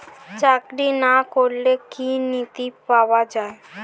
চাকরি না করলে কি ঋণ পাওয়া যায় না?